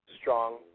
strong